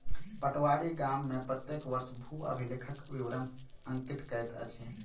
पटवारी गाम में प्रत्येक वर्ष भू अभिलेखक विवरण अंकित करैत अछि